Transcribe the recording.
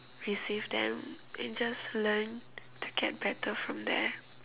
receive them and just learn to get better from there